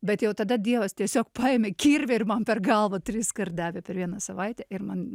bet jau tada dievas tiesiog paėmė kirvį ir man per galvą triskart davė per vieną savaitę ir man